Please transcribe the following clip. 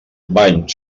bany